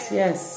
yes